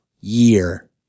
year